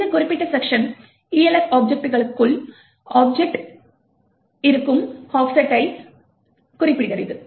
இந்த குறிப்பிட்ட section Elf ஆப்ஜெக்ட்டுக்குள் இருக்கும் ஆஃப்செட்டை குறிப்பிடுகிறது